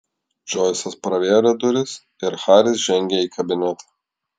džoisas pravėrė duris ir haris žengė į kabinetą